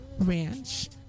ranch